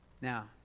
Now